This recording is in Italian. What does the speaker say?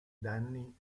danni